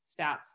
stats